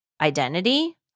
identity